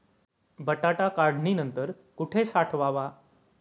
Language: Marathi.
बटाटा काढणी नंतर कुठे साठवावा?